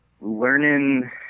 learning